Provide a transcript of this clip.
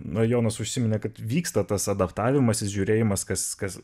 na jonas užsiminė kad vyksta tas adaptavimasis žiūrėjimas kas kas